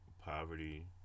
poverty